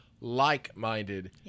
like-minded